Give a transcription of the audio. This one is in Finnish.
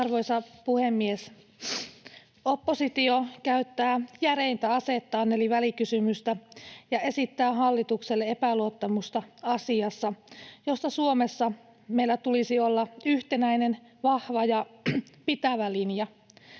Arvoisa puhemies! Oppositio käyttää järeintä asettaan eli välikysymystä ja esittää hallitukselle epäluottamusta asiassa, josta Suomessa meillä tulisi olla yhtenäinen, vahva ja pitävä linja.